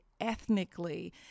ethnically